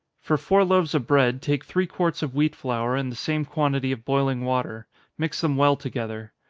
for four loaves of bread, take three quarts of wheat flour, and the same quantity of boiling water mix them well together.